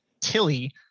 Tilly